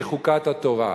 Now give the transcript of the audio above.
היא חוקת התורה.